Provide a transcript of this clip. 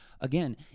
Again